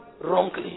wrongly